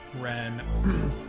Ren